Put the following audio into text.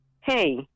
hey